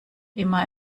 immer